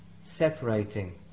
separating